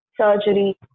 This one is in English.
surgery